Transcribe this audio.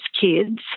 kids